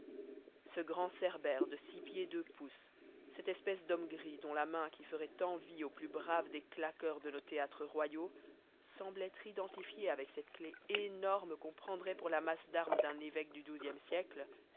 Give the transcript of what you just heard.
ce grand cerbère de six pieds deux pouces cette espèce d'homme gris dont la main qui ferait envie au plus brave des claqueurs de nos théâtres royaux semble être identifiée avec cette clé énorme qu'on prendrait pour la masse d'armes d'un évêque du xiie siècle